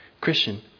Christian